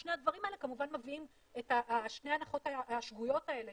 שני הדברים האלה כמובן מביאים את שתי ההנחות השגויות האלה,